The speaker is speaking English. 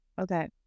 Okay